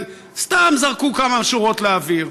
סתם זרקו כמה שורות לאוויר.